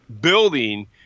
building